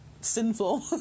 sinful